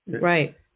Right